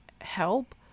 help